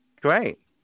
Great